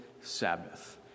sabbath